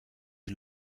die